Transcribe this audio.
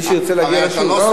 מי שירצה להגיע לשוק.